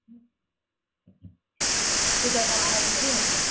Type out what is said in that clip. تیوتاہ ٹایم لگہِ نہٕ کینٛہہ تہِ